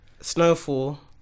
Snowfall